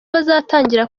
bazatangira